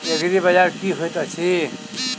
एग्रीबाजार की होइत अछि?